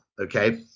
okay